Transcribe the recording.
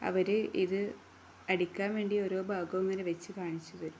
അവര് ഇത് അടിക്കാൻ വേണ്ടി ഓരോ ഭാഗവും ഇങ്ങനെ വെച്ച് കാണിച്ചുതരും